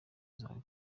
zawe